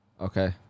Okay